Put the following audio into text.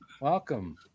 Welcome